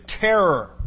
terror